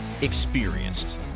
experienced